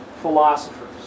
philosophers